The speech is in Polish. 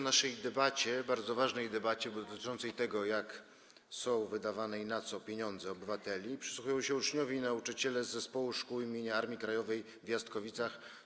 Naszej debacie, bardzo ważnej debacie, bo dotyczącej tego, jak i na co są wydawane pieniądze obywateli, przysłuchują się uczniowie i nauczyciele z Zespołu Szkół im. Armii Krajowej w Jastkowicach.